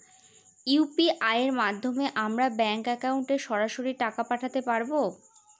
UPI এর মাধ্যমে আমরা ব্যাঙ্ক একাউন্টে সরাসরি টাকা পাঠাতে পারবো?